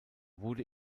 wurde